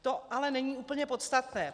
To ale není úplně podstatné.